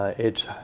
ah it's